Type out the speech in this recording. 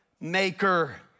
maker